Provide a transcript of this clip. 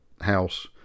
house